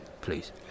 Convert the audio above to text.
please